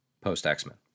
post-X-Men